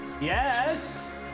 Yes